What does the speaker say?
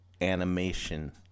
animation